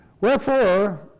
Wherefore